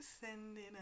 sending